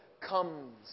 comes